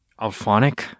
alphonic